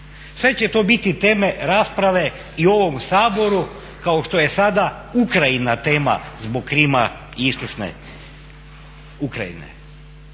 Sve će to biti teme rasprave i u ovom Saboru kao što je sada Ukrajina tema zbog Krima i istočne Ukrajine.